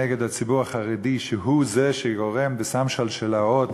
נגד הציבור החרדי, שהוא זה שגורם ושם שלשלאות